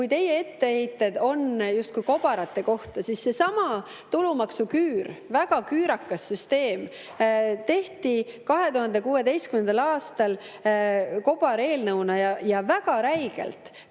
Kui teie etteheited on justkui kobarate kohta, siis seesama tulumaksuküür, väga küürakas süsteem, tehti 2016. aastal kobareelnõuna, ja väga räigelt.